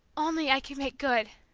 only, i can make good!